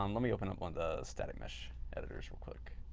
um let me open up one of the static mesh editors real quick.